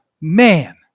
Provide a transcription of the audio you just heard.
man